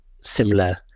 similar